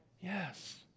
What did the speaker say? Yes